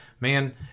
man